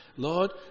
Lord